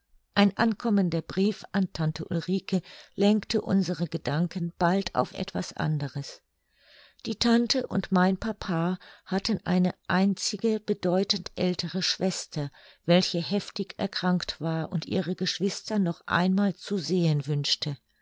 ein ankommender brief an tante ulrike lenkte unsere gedanken bald auf etwas anderes die tante und mein papa hatten eine einzige bedeutend ältere schwester welche heftig erkrankt war und ihre geschwister noch einmal zu sehen wünschte